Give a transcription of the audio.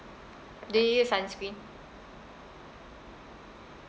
do you use sunscreen